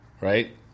right